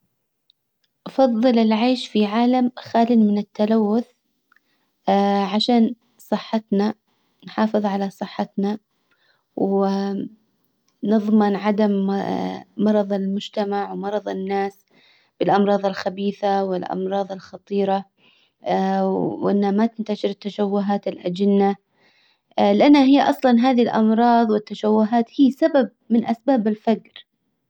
افضل العيش في عالم خالي من التلوث عشان صحتنا نحافظ على صحتنا ونضمن عدم مرض المجتمع ومرض الناس. بالامراض الخبيثة والامراض الخطيرة. وانه ما تنتشر التشوهات الاجنة لانها هي اصلا هذي الامراض والتشوهات هي سبب من اسباب الفجر.